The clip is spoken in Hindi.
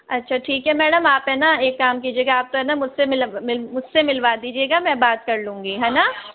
अच्छा ठीक है मैडम आप है ना एक काम कीजिएगा आप तो है ना मुझे से मिल वो दीजिएगा मैं बात कर लूँगी है ना